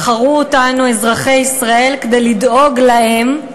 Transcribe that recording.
בחרו אותנו אזרחי ישראל כדי לדאוג להם.